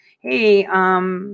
hey